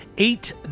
Eight